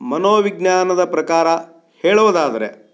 ಮನೋವಿಜ್ಞಾನದ ಪ್ರಕಾರ ಹೇಳುವುದಾದರೆ